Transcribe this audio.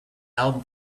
album